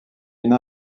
une